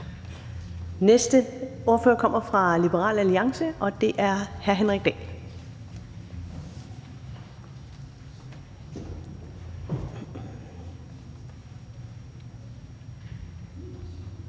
næste ordfører kommer fra Liberal Alliance, og det er hr. Henrik Dahl.